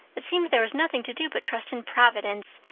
it seemed there was nothing to do but trust in providence,